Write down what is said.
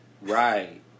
Right